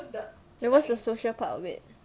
then what's the social part of it